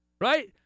right